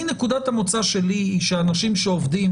נקודת המוצא שלי היא שאנשים שעובדים